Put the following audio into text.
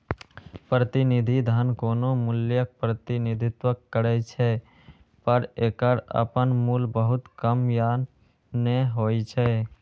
प्रतिनिधि धन कोनो मूल्यक प्रतिनिधित्व करै छै, पर एकर अपन मूल्य बहुत कम या नै होइ छै